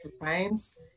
Times